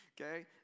Okay